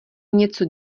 něco